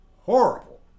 horrible